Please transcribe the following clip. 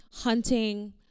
hunting